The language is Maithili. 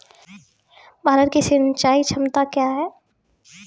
भारत की सिंचाई क्षमता क्या हैं?